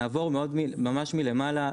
נעבור ממש מלמעלה,